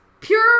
pure